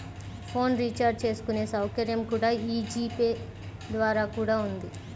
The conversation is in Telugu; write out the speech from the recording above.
ఫోన్ రీచార్జ్ చేసుకునే సౌకర్యం కూడా యీ జీ పే ద్వారా కూడా ఉంది